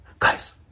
guys